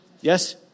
Yes